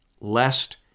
lest